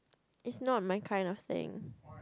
it's not my kind of thing